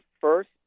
first